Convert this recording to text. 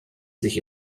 sich